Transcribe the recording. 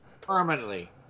permanently